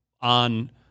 on